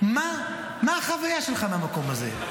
מה החוויה שלך מהמקום הזה?